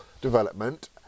development